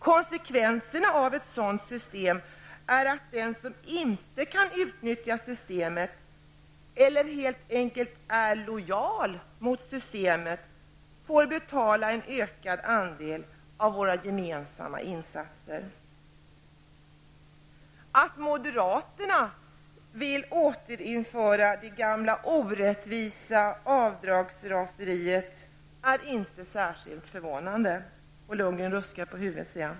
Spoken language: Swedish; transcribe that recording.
Konsekvenserna av ett sådant system är att den som inte kan utnyttja systemet, eller som helt enkelt är lojal med systemet, får betala en ökad andel av våra gemensamma insatser. Att moderaterna vill återinföra det gamla orättvisa avdragsraseriet är inte särskilt förvånande. Jag ser att Bo Lundgren ruskar på huvudet.